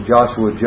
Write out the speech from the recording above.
Joshua